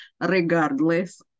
regardless